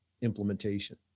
implementation